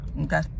okay